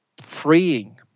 freeing